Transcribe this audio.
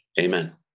Amen